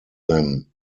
them